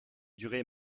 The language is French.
durée